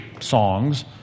songs